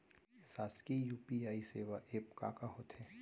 शासकीय यू.पी.आई सेवा एप का का होथे?